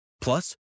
Plus